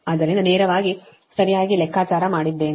ಆದ್ದರಿಂದ ನೇರವಾಗಿ ಸರಿಯಾಗಿ ಲೆಕ್ಕಾಚಾರ ಮಾಡಿದ್ದೇನೆ